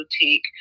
boutique